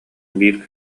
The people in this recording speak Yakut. биир